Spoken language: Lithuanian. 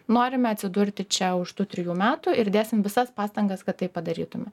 norime atsidurti čia už tų trijų metų ir dėsim visas pastangas kad tai padarytume